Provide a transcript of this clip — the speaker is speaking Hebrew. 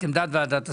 את עמדת ועדת השרים,